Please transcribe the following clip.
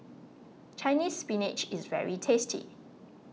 Chinese Spinach is very tasty